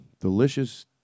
delicious